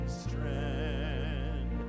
strand